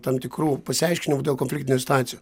tam tikrų pasiaiškinimų dėl konfliktinių situacijų